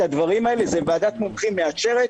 את הדברים האלה ועדת מומחים מאשרת,